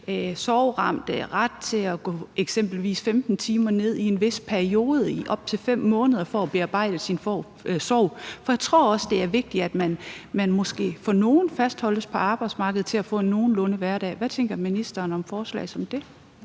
sorgramte ret til at gå eksempelvis 5 timer ned i tid i en vis periode i op til 5 måneder for at bearbejde deres sorg. For jeg tror også, det er vigtigt, at man måske for nogles vedkommende fastholdes på arbejdsmarkedet i forhold til at få en nogenlunde hverdag. Hvad tænker ministeren om et forslag som det?